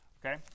Okay